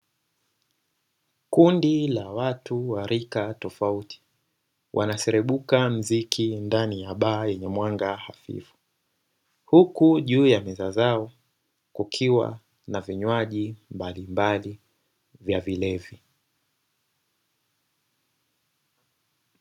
Kundi la watu wa rika tofauti wanaserebuka mziki ndani ya baa yenye mwanga hafifu, huku juu ya meza zao kukiwa na vinywaji Mbalimbali vya vilevi.